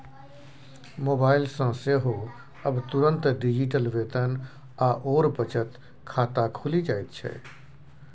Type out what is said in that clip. mobile सँ सेहो आब तुरंत डिजिटल वेतन आओर बचत खाता खुलि जाइत छै